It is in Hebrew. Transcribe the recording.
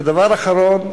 ודבר אחרון,